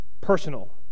personal